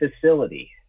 facility